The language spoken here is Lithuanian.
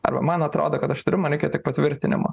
arba man atrodo kad aš turiu man reikia tik patvirtinimo